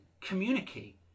communicate